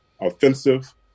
offensive